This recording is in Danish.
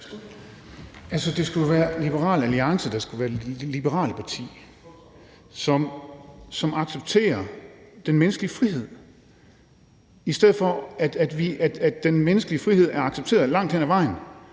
Det skulle jo være Liberal Alliance, der skulle være det liberale parti, som accepterer den menneskelige frihed, i stedet for at den menneskelige frihed er accepteret langt hen ad vejen,